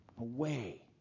Away